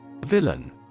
Villain